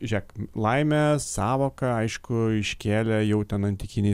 žiūrėk laimės sąvoką aišku iškėlė jau ten antikiniai